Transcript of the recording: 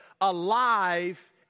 alive